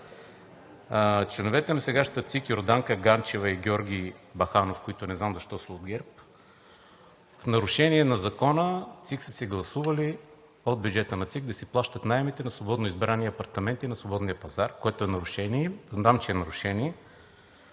Членовете на сегашната ЦИК – Йорданка Ганчева и Георги Баханов, които не знам защо са от ГЕРБ, в нарушение на Закона ЦИК са гласували от бюджета да си плащат наемите за свободно избрани апартаменти на свободния пазар, което е нарушение. Знам, че е нарушение,